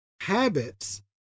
habits